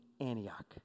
Antioch